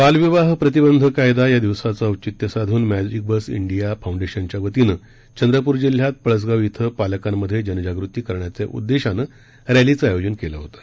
बालविवाह प्रतिबंध कायदा या दिवसाचं औचित्य साधून मर्जिक बस डिया फाउंडेशनच्या वतीनं चंद्रप्र जिल्ह्यातल्या पळसगाव श्व पालकांमध्ये जनजागृती करण्याच्या उद्देशानं रस्तीचं आयोजन केलं होतं